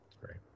Great